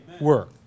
work